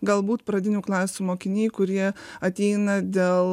galbūt pradinių klasių mokiniai kurie ateina dėl